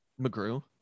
McGrew